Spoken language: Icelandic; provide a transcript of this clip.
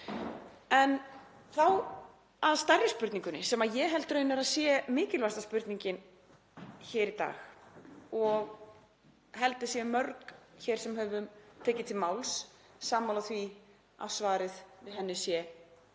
En þá að stærri spurningunni, sem ég held raunar að sé mikilvægasta spurningin hér í dag. Ég held að við séum mörg hér sem höfum tekið til máls sammála því að svarið við henni sé